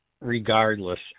regardless